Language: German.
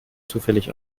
zufällig